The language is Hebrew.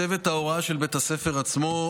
צוות ההוראה של בית הספר עצמו,